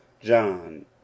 John